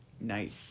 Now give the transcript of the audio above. night